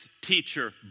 teacher